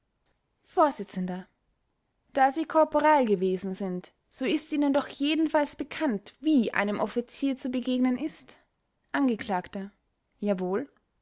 vors da sie korporal gewesen sind so ist ihnen doch jedenfalls bekannt wie einem offizier zu begegnen ist angekl jawohl